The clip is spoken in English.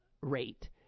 rate